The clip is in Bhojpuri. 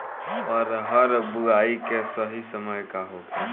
अरहर बुआई के सही समय का होखे?